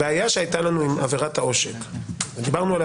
הבעיה שהייתה לנו עם עבירת העושק - דיברנו עליה